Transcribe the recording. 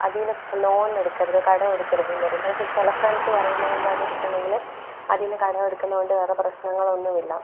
അതിൽ നിന്ന് ലോണെടുക്കരുത് കടം എടുക്കരുതെന്ന് പറയും പക്ഷെ ചില ഫ്രണ്ട്സ് പറയുന്നതെന്താണെന്ന് വെച്ചിട്ടുണ്ടെങ്കിൽ അതിൽ നിന്ന് കടം എടുക്കുന്നതുകൊണ്ട് വേറെ പ്രശ്നങ്ങളൊന്നുമില്ല